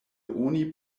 oni